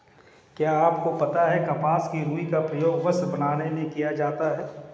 क्या आपको पता है कपास की रूई का प्रयोग वस्त्र बनाने में किया जाता है?